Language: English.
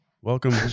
welcome